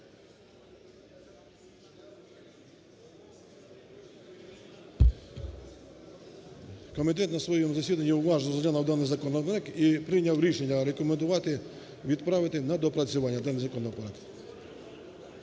Комітет на своєму засіданні уважно розглянув даний законопроект і прийняв рішення рекомендувати відправити на доопрацювання даний